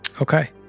Okay